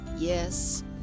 Yes